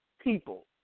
people